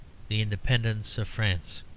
the independence of france.